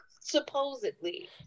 Supposedly